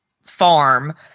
farm